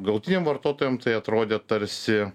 galutiniam vartotojam tai atrodė tarsi